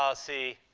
um see,